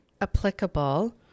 Applicable